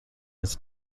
his